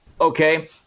Okay